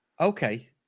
Okay